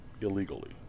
illegally